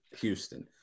Houston